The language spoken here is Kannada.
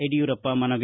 ಯಡಿಯೂರಪ್ಪ ಮನವಿ